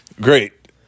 Great